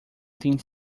tem